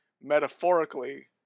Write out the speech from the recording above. metaphorically